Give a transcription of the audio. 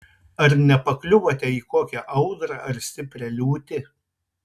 ar nepakliuvote į kokią audrą ar stiprią liūtį